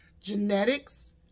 Genetics